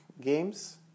games